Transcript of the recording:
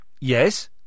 Yes